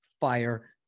fire